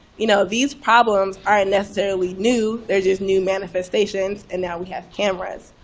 you know these problems aren't necessarily new. they're just new manifestations, and now we have cameras.